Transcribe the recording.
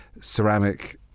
ceramic